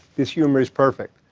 this humor is perfect.